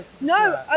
No